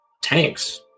tanks